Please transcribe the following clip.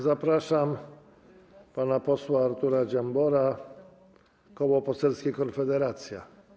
Zapraszam pana posła Artura Dziambora, Koło Poselskie Konfederacja.